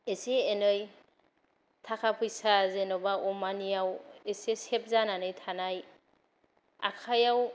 एसे एनै थाखा फैसा जेन'बा अमानिआव एसे सेब जानानै थानाय आखायाव